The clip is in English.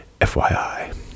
FYI